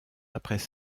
après